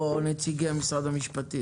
או אתה או נציגי משרד המשפטים.